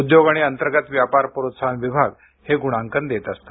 उद्योग आणि अंतर्गत व्यापार प्रोत्साहन विभाग हे गुणांकन देत असते